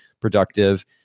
productive